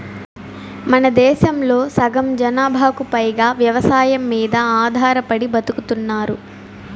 మనదేశంలో సగం జనాభాకు పైగా వ్యవసాయం మీద ఆధారపడి బతుకుతున్నారు